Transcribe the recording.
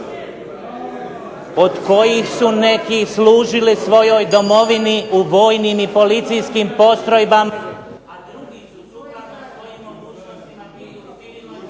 Od kojih su neki služili svojoj Domovini u vojnim i policijskim postrojbama,